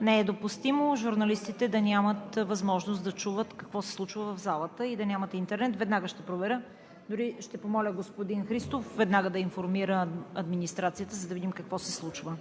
Не е допустимо журналистите да нямат възможност да чуват какво се случва в залата и да нямат интернет. Веднага ще проверя и дори ще помоля господин Христов веднага да информира администрацията, за да видим какво се случва.